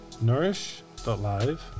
Nourish.live